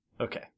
Okay